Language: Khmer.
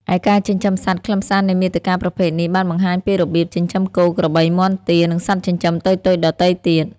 ឯការចិញ្ចឹមសត្វ ខ្លឹមសារនៃមាតិកាប្រភេទនេះ បានបង្ហាញពីរបៀប ចិញ្ចឹមគោ ក្របី មាន់ ទា និងសត្វចិញ្ចឹមតូចៗដទៃទៀត។